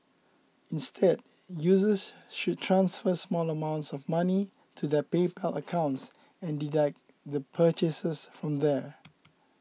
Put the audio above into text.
instead users should transfer small amounts of money to their PayPal accounts and deduct their purchases from there